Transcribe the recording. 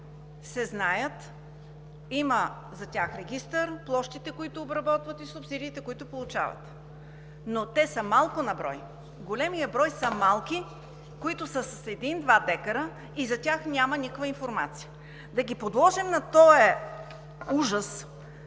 се знаят, за тях има регистър, площите, които обработват, и субсидиите, които получават, но те са малко на брой. Големият брой са малките, които са с един-два декара, за тях няма никаква информация. Да ги подложим на този ужас